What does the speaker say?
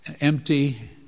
empty